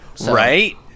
Right